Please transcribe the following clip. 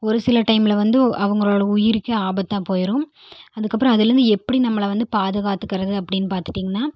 ஒருசில டைமில் வந்து அவங்களோட உயிருக்கே ஆபத்தாக போயிடும் அதுக்கப்றம் அதுலேருந்து எப்படி நம்மளை வந்து பாதுகாத்துக்கிறது அப்படீன்னு பார்த்துட்டீங்கன்னா